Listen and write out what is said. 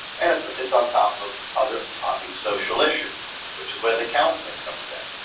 and it's ah it's on top of other obvious social issues, which is where the counseling comes in.